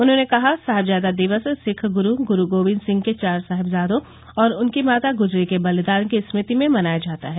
उन्होंने कहा साहिबजादा दिवस सिख गुरू गुरूगोबिन्द सिंह के चार साहिबजादों और उनकी माता गुजरी के बलिदान की स्मृति में मनाया जाता है